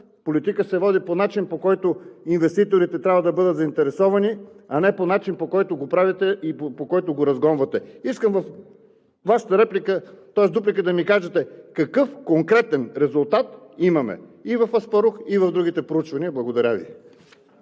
Политика се води по начин, по който инвеститорите трябва да бъдат заинтересовани, а не по начин, по който го правите и по който ги разгонвате. Искам във Вашата дуплика да ми кажете какъв конкретен резултат имаме – и в „Блок Хан Аспарух“, и в другите проучвания. Благодаря Ви.